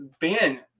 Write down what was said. Ben